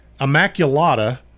Immaculata